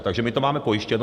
Takže my to máme pojištěno.